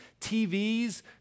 TVs